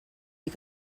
you